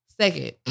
Second